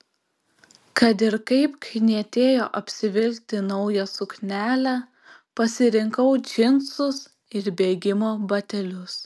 kad ir kaip knietėjo apsivilkti naują suknelę pasirinkau džinsus ir bėgimo batelius